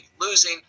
losing